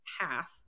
path